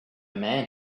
man